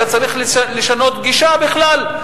אלא צריך לשנות גישה בכלל.